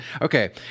Okay